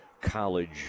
college